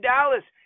Dallas